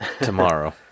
tomorrow